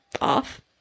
off